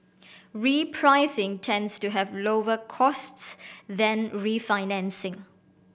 repricing tends to have lower costs than refinancing